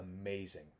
amazing